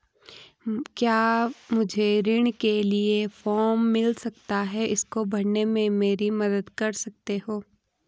क्या मुझे ऋण के लिए मुझे फार्म मिल सकता है इसको भरने में मेरी मदद कर सकते हो?